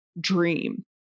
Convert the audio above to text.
dream